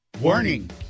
Warning